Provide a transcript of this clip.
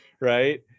right